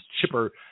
chipper